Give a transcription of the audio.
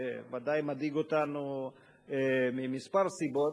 שוודאי מדאיג אותנו מכמה סיבות,